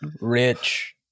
rich